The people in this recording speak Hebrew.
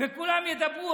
וכולם ידברו.